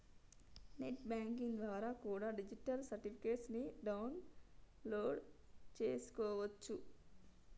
net banking ద్వారా కూడా deposit certificates ని డౌన్ లోడ్ చేస్కోవచ్చు